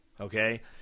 okay